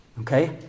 Okay